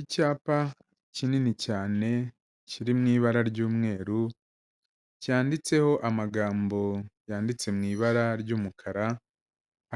Icyapa kinini cyane kiri mu ibara ry'umweru, cyanditseho amagambo yanditse mu ibara ry'umukara,